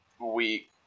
week